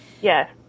Yes